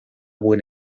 buen